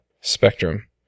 spectrum